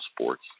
sports